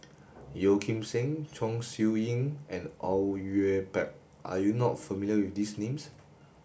Yeo Kim Seng Chong Siew Ying and Au Yue Pak are you not familiar with these names